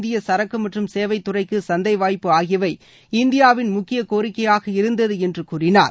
இந்தியசரக்குமற்றும் சேவைதுறைக்குசந்தைவாய்ப்பு இந்தியாவின் முக்கியகோரிக்கையாக இருந்ததுஎன்றுகூறினார்